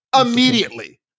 immediately